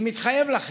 אני מתחייב לכם: